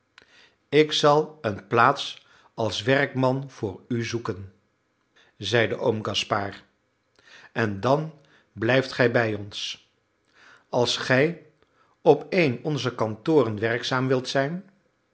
ik zal een plaats als werkman voor u zoeken zeide oom gaspard en dan blijft gij bij ons als gij op een onzer kantoren werkzaam wilt zijn